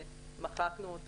שמחקנו,